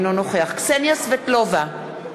אינו נוכח קסניה סבטלובה,